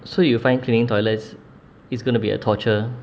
so you find cleaning toilets is going to be a torture